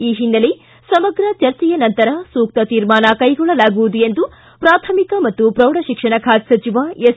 ಈ ಹಿನ್ನೆಲೆ ಸಮಗ್ರ ಚರ್ಚೆಯ ನಂತರ ಸೂಕ್ತ ತೀರ್ಮಾನ ಕೈಗೊಳ್ಳಲಾಗುವುದು ಎಂದು ಪ್ರಾಥಮಿಕ ಮತ್ತು ಪ್ರೌಢಶಿಕ್ಷಣ ಖಾತೆ ಸಚಿವ ಎಸ್